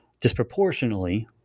disproportionately